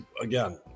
again